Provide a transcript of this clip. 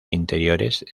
interiores